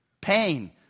Pain